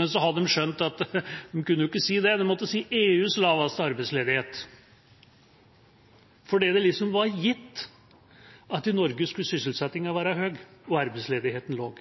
Men så hadde de skjønt at de kunne jo ikke si det, de måtte EUs laveste arbeidsledighet – fordi det liksom var gitt at i Norge skulle sysselsettinga være høy og arbeidsledigheten lav.